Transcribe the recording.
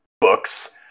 books